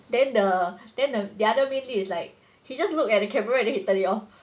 then the then the the other main lead is like he just look at the camera and then he turn it off